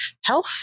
Health